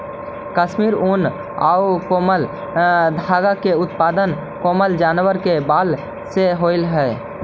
कश्मीरी ऊन आउ कोमल धागा के उत्पादन कोमल जानवर के बाल से होवऽ हइ